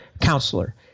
counselor